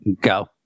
Go